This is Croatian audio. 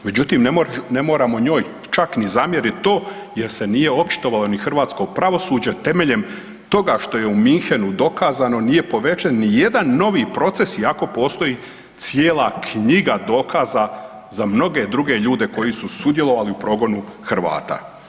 Međutim, ne moramo njoj čak ni zamjerit to jer se nije očitovalo ni hrvatsko pravosuđe temeljem toga što je u Munchenu dokazano nije proveden nijedan novi proces iako postoji cijela knjiga dokaza za mnoge druge ljude koji su sudjelovali u progonu Hrvata.